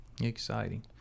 Exciting